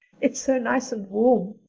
it's so nice and warm.